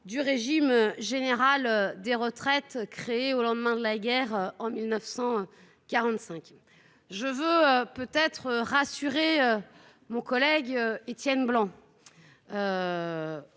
au régime général des retraites, qui a été créé au lendemain de la guerre en 1945. Je veux rassurer mon collègue Étienne Blanc